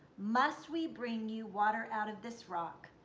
must we bring you water out of this rock'.